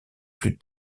plus